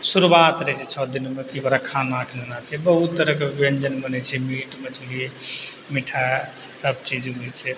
शुरुआत रहै छै छओ दिनमे कि ओकरा खाना खिलाना छै बहुत तरहके व्यञ्जन बनै छै मीट मछली मिठाइ सब चीज रहै छै